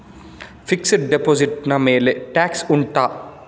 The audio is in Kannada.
ಫಿಕ್ಸೆಡ್ ಡೆಪೋಸಿಟ್ ನ ಮೇಲೆ ಟ್ಯಾಕ್ಸ್ ಉಂಟಾ